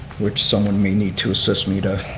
which someone may need to assist me to